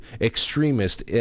extremist